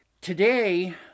Today